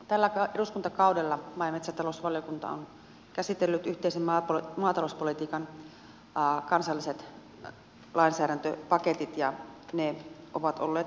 tällä eduskuntakaudella maa ja metsätalousvaliokunta on käsitellyt yhteisen maatalouspolitiikan kansalliset lainsäädäntöpaketit ja ne ovat olleet suuria